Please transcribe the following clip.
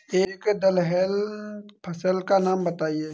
एक दलहन फसल का नाम बताइये